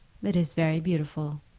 it is very beautiful,